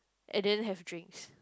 and then have drinks